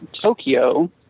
tokyo